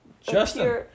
Justin